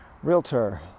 Realtor